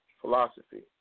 philosophy